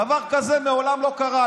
דבר כזה מעולם לא קרה.